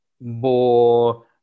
more